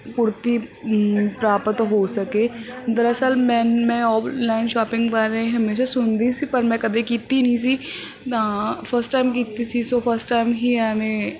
ਕੁੜਤੀ ਪ੍ਰਾਪਤ ਹੋ ਸਕੇ ਦਰਅਸਲ ਮੈਂ ਮੈਂ ਔਨਲਾਈਨ ਸ਼ੋਪਿੰਗ ਬਾਰੇ ਹਮੇਸ਼ਾ ਸੁਣਦੀ ਸੀ ਪਰ ਮੈਂ ਕਦੇ ਕੀਤੀ ਨਹੀਂ ਸੀ ਤਾਂ ਫਸਟ ਟਾਈਮ ਕੀਤੀ ਸੀ ਸੋ ਫਸਟ ਟਾਈਮ ਹੀ ਐਵੇਂ